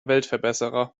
weltverbesserer